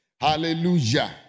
hallelujah